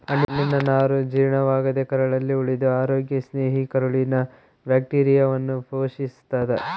ಹಣ್ಣಿನನಾರು ಜೀರ್ಣವಾಗದೇ ಕರಳಲ್ಲಿ ಉಳಿದು ಅರೋಗ್ಯ ಸ್ನೇಹಿ ಕರುಳಿನ ಬ್ಯಾಕ್ಟೀರಿಯಾವನ್ನು ಪೋಶಿಸ್ತಾದ